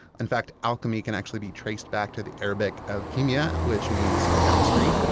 in fact, alchemy can actually be traced back to the arabic al-kimiya, which means chemistry,